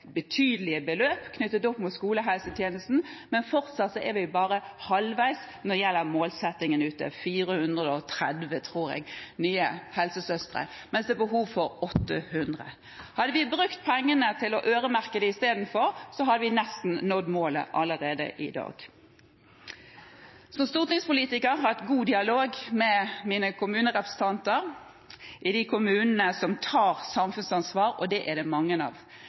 betydelige beløp knyttet opp mot skolehelsetjenesten, men fortsatt er vi bare halvveis når det gjelder målsettingen om 430, tror jeg det er, nye helsesøstre, mens det er behov for 800. Hadde vi øremerket pengene istedenfor, hadde vi nesten nådd målet allerede i dag. Som stortingspolitiker har jeg hatt god dialog med mine kommunerepresentanter i de kommunene som tar samfunnsansvar, og dem er det mange av.